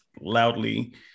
loudly